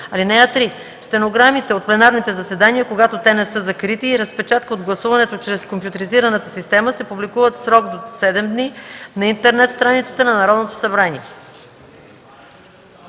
(3) Стенограмите от пленарните заседания, когато те не са закрити, и разпечатка от гласуването чрез компютризираната система се публикуват в срок до 7 дни на интернет страницата на Народното събрание.”